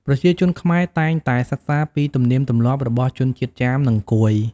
ប្រជាជនខ្មែរតែងតែសិក្សាពីទំនៀមទម្លាប់របស់ជនជាតិចាម និងកួយ។